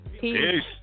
peace